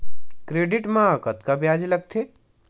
Credit मा कतका ब्याज लगथे?